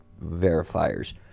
verifiers